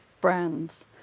brands